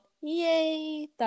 yay